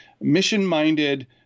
mission-minded